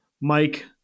Mike